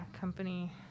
company